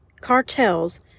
cartels